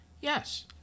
Yes